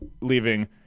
leaving